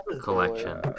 collection